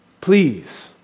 please